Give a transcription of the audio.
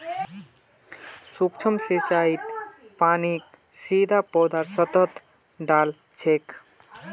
सूक्ष्म सिंचाईत पानीक सीधा पौधार सतहत डा ल छेक